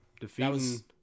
Defeating